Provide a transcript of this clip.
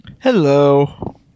Hello